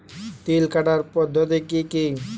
তিল কাটার পদ্ধতি কি কি?